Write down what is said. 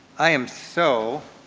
i am so